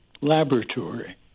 laboratory